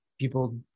People